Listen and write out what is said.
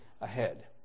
ahead